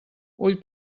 ull